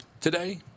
today